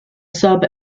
sub